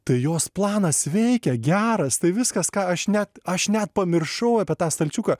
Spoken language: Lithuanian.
tai jos planas veikia geras tai viskas ką aš net aš net pamiršau apie tą stalčiuką